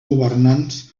governants